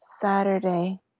Saturday